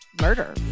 murder